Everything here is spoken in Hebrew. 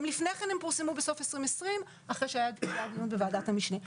גם לפני כן הם פורסמו בסוף שנת 2020 אחרי שהיה דיון בוועדת המשנה.